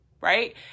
right